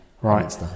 Right